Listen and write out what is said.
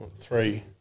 three